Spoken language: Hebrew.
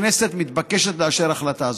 הכנסת מתבקשת לאשר החלטה זו.